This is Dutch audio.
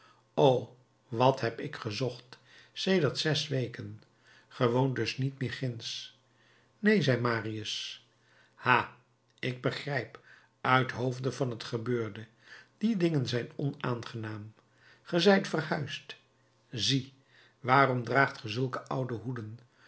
o wat heb ik gezocht sedert zes weken ge woont dus niet meer ginds neen zei marius ha ik begrijp uithoofde van het gebeurde die dingen zijn onaangenaam ge zijt verhuisd zie waarom draagt ge zulke oude hoeden